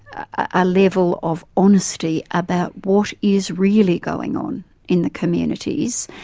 a level of honesty about what is really going on in the communities,